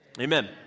Amen